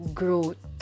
growth